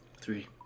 Three